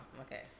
okay